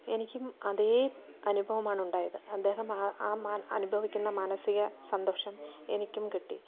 എനിക്കും അതേ അനുഭവമാണ് ഉണ്ടായത് അദ്ദേഹം ആ ആ അനുഭവിക്കുന്ന മാനസിക സന്തോഷം എനിക്കും കിട്ടി